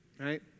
right